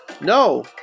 No